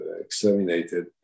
Exterminated